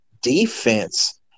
defense